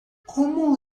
como